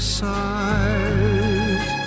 side